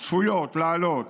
צפויות לעלות